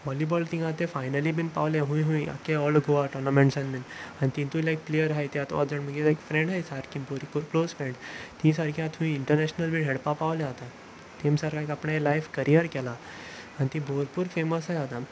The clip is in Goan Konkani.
वॉलीबॉल थंय ते फायनली बीन पावले खंय खंय आख्खे ऑल गोवा टुर्नामेंट्सान आनी तातूंत लायक प्लेयर आसात ते आतां दोग जाण म्हजे लायक एक फ्रेंड आसात सारकी बरी करून क्लोज फ्रेंड तीं सारकी आतां खंय इंटरनॅशनल बीन खेळपा पावल्यात आतां तांणी सारकें आपणालें लायफ करियर केलां आनी ती भरपूर फेमस आसात आतां